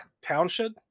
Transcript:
township